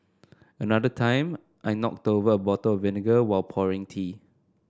another time I knocked over a bottle of vinegar while pouring tea